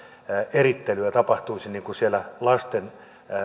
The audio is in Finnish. erittelyä tapahtuisi siellä lasten